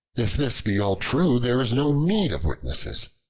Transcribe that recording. if this be all true there is no need of witnesses.